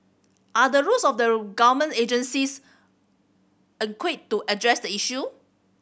are the rules of the government agencies adequate to address the issue